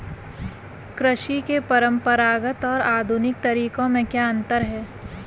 कृषि के परंपरागत और आधुनिक तरीकों में क्या अंतर है?